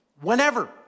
Whenever